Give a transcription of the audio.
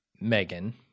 Megan